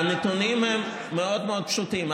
והנתונים הם מאוד מאוד פשוטים.